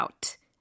out